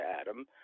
Adam